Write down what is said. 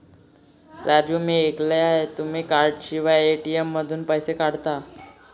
राजू मी ऐकले आहे की तुम्ही कार्डशिवाय ए.टी.एम मधून पैसे काढता